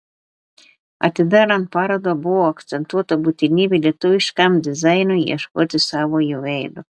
atidarant parodą buvo akcentuota būtinybė lietuviškam dizainui ieškoti savojo veido